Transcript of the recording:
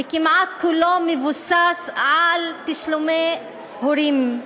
וכמעט כולו מבוסס על תשלומי הורים,